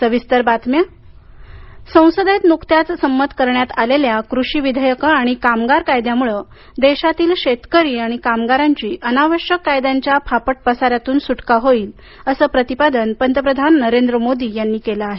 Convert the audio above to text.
पतप्रधान संसदेत नुकत्याच संमत करण्यात आलेल्या कृषी विधेयकं आणि कामगार कायद्यामुळे देशातील शेतकरी आणि कामगारांची अनावश्यक कायद्यांच्या फाफट पसाऱ्यातून सुटका होईल असं प्रतिपादन पंतप्रधान नरेंद्र मोदी यांनी केलं आहे